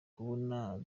kubona